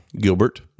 Gilbert